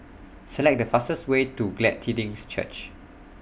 Select The fastest Way to Glad Tidings Church